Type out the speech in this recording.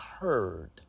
heard